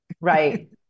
Right